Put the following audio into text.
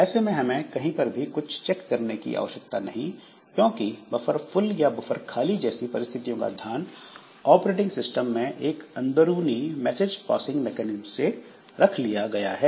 ऐसे में हमें कहीं पर भी कुछ चेक करने की आवश्यकता नहीं क्योंकि बफर फुल या बफर खाली जैसी परिस्थितियों का ध्यान ऑपरेटिंग सिस्टम में एक अंदरूनी मैसेज पासिंग मैकेनिज्म से रख लिया है